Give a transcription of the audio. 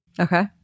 Okay